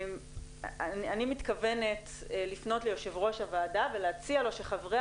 אני מתכוונת לפנות ליו"ר הוועדה ולהציע לו שחברי